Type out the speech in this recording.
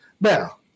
Now